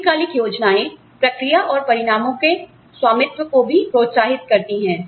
दीर्घकालिक योजनाएं प्रक्रिया और परिणामों का स्वामित्व को भी प्रोत्साहित करती हैं